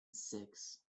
sechs